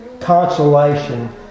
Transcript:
consolation